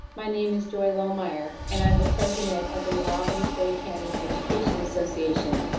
my name is joy lohmeyer, and i'm the president of the new albany floyd county education association.